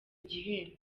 gihembo